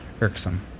irksome